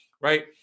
Right